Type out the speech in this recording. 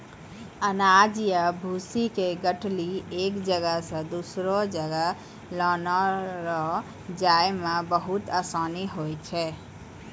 अनाज या भूसी के गठरी एक जगह सॅ दोसरो जगह लानै लै जाय मॅ बहुत आसानी होय छै